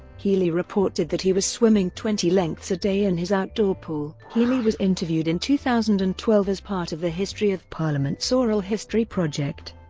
healey reported that he was swimming twenty lengths a day in his outdoor pool. healey was interviewed in two thousand and twelve as part of the history of parliament's oral history project.